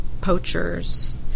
poachers